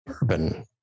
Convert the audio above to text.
bourbon